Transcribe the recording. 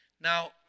Now